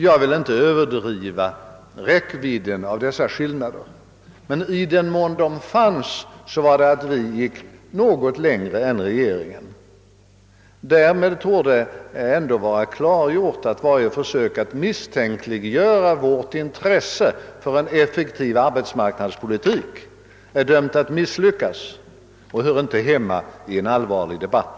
Jag vill inte överdriva räckvidden av dessa skillnader, men i den mån de fanns bestod de i att vi gick något längre än regeringen. Därmed torde ändå vara klargjort att varje försök att misstänkliggöra vårt intresse för en effektiv arbetsmarknadspolitik är dömt att misslyckas och inte hör hemma i en allvarlig debatt.